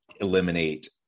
eliminate